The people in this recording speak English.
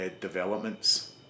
developments